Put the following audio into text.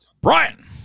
Brian